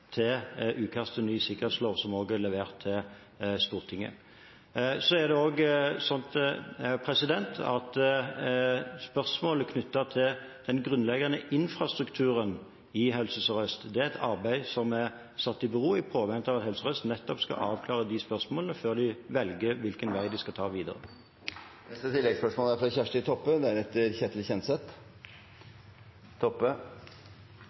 til utkast til ny sikkerhetslov, som også er levert til Stortinget. Spørsmålet knyttet til den grunnleggende infrastrukturen i Helse Sør-Øst er et arbeid som er stilt i bero i påvente av at Helse Sør-Øst nettopp skal avklare de spørsmålene før de velger hvilken vei de skal ta videre. Kjersti Toppe – til oppfølgingsspørsmål. Det fremste kvalitetsmerket til det norske helsevesenet er